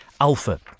Alpha